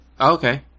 Okay